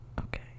Okay